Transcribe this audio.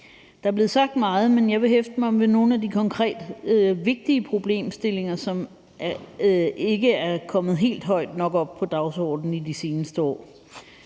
Der er blevet sagt meget, men jeg vil hæfte mig ved nogle af de konkret vigtige problemstillinger, som ikke er kommet helt højt nok op på dagsordenen i de seneste år.